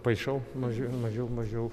paišau mažiau mažiau mažiau